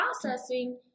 processing